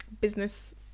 business